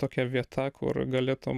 tokia vieta kur galėtum